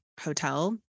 hotel